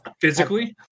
physically